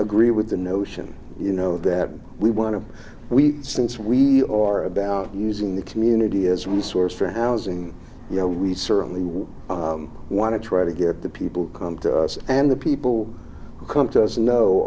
agree with the notion you know that we want to we since we are about using the community as resource for housing you know we certainly would want to try to get the people who come to us and the people who come to us kno